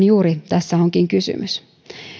juuri siitähän tässä onkin kysymys